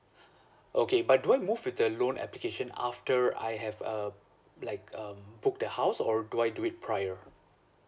okay but do I move with the loan application after I have um like um book the house or do I do it prior